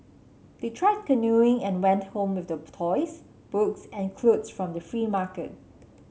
they tried canoeing and went home with the toys books and clothes from the free market